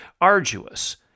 arduous